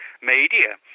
media